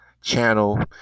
channel